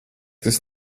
kas